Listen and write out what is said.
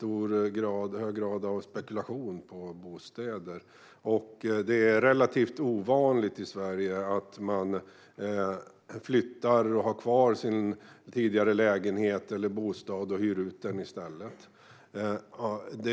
det är en hög grad av spekulation på bostäder. Det är relativt ovanligt i Sverige att man har kvar sin tidigare bostad när man flyttar och i stället hyr ut den.